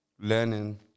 learning